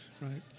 right